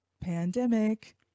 pandemic